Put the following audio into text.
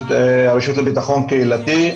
הרשות לביטחון קהילתי,